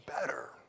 better